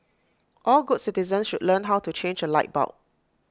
all good citizens should learn how to change A light bulb